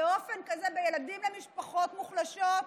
באופן כזה בילדים למשפחות מוחלשות,